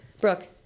Brooke